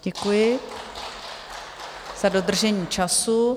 Děkuji za dodržení času.